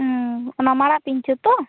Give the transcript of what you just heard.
ᱩᱸ ᱚᱱᱟ ᱢᱟᱨᱟᱜ ᱯᱤᱧᱪᱟ ᱨ ᱛᱚ